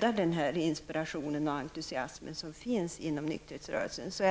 att den inspiration och entusiasm som finns inom nykterhetsrörelsen dödas.